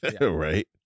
Right